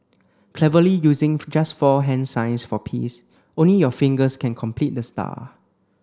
cleverly using just four hand signs for peace only your fingers can complete the star